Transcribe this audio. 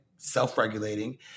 self-regulating